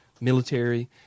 military